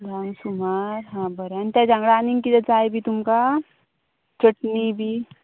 धांक सुमार हा बरें आनी तेज्या वांगडा आनीक किदें जाय बी तुमकां चटणी बी